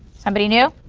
somebody new?